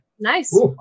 Nice